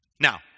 Now